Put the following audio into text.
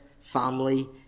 family